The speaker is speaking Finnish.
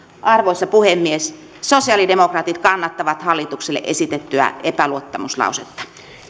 arvoisa puhemies sosialidemokraatit kannattavat hallitukselle esitettyä epäluottamuslausetta